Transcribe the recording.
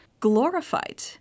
glorified